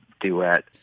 duet